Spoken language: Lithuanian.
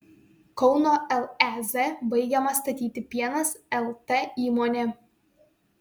kauno lez baigiama statyti pienas lt įmonė